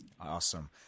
Awesome